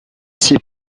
ses